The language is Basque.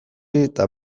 eta